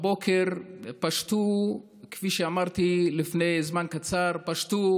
הבוקר, כפי שאמרתי לפני זמן קצר, פשטו